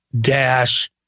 dash